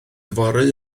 fory